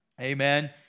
Amen